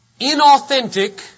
inauthentic